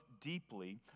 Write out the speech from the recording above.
Deeply